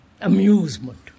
amusement